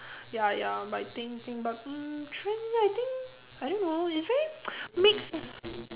ya ya but I think think but mm trend I think I don't know it's very mix